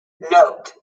note